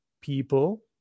people